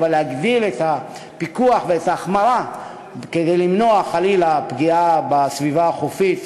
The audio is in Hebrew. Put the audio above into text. אבל להגדיל את הפיקוח ואת ההחמרה כדי למנוע חלילה פגיעה בסביבה החופית,